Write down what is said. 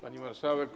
Pani Marszałek!